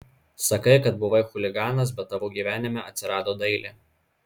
sakai kad buvai chuliganas bet tavo gyvenime atsirado dailė